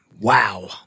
Wow